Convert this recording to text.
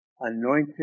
anointed